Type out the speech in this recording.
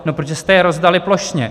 No, protože jste je rozdali plošně.